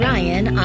Ryan